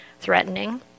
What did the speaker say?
threatening